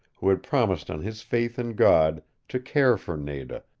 who had promised on his faith in god to care for nada,